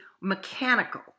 mechanical